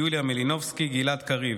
יוליה מלינובסקי וגלעד קריב,